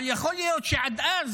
אבל יכול להיות שעד אז